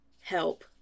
Help